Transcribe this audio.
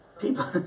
People